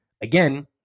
again